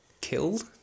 killed